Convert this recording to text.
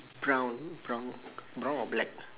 brown brown brown or black